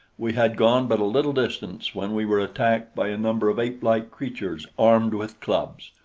we had gone but a little distance when we were attacked by a number of apelike creatures armed with clubs.